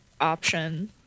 option